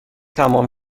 تمام